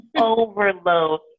Overload